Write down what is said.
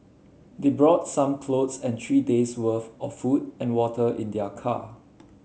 they brought some clothes and three days worth of food and water in their car